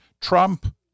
Trump